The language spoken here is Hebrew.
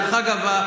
דרך אגב,